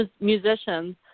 musicians